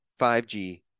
5G